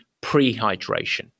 pre-hydration